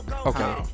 Okay